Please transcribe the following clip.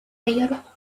mayor